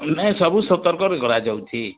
ନାଇଁ ସବୁ ସତର୍କରେ କରା ଯାଉଛି